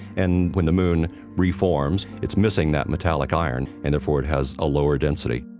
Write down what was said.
and when the moon reforms, it's missing that metallic iron and therefore it has a lower density.